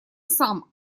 сам